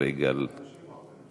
אחרי יגאל גואטה.